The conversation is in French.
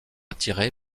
attiré